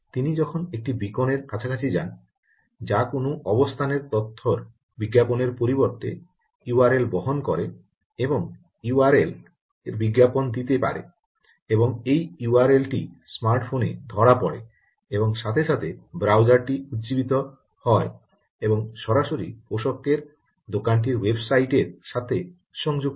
তিনি যখন একটি বীকন এর কাছাকাছি যান যা কোনও অবস্থানের তথ্যের বিজ্ঞাপনের পরিবর্তে ইউআরএল বহন করে এবং ইউআরএল এর বিজ্ঞাপন দিতে পারে এবং এই ইউআরএল টি স্মার্ট ফোনে ধরা পড়ে এবং সাথে সাথে ব্রাউজারটি উজ্জীবিত হয় এবং সরাসরি পোশাকের দোকানটির ওয়েবসাইটে এর সাথে সংযুক্ত হয়